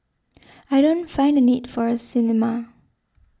I don't find the need for a cinema